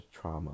trauma